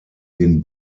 den